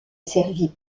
servit